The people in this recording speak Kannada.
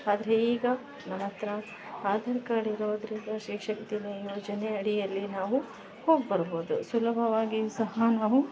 ಆದ್ರೆ ಈಗ ನನ್ನಹತ್ರ ಆಧಾರ್ ಕಾರ್ಡ್ ಇರೋದ್ರಿಂದ ಶ್ರೀ ಶಕ್ತಿನ ಯೋಜನೆ ಅಡಿಯಲ್ಲಿ ನಾವು ಹೋಗ್ಬರ್ಬೋದು ಸುಲಭವಾಗಿ ಸಹ ನಾವು